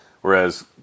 whereas